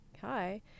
hi